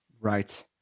Right